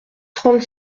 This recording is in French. trente